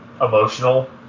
emotional